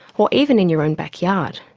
or even in your own backyard.